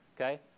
okay